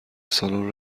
سالن